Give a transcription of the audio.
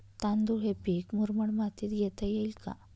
तांदूळ हे पीक मुरमाड मातीत घेता येईल का?